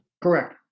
Correct